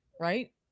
Right